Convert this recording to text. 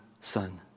Son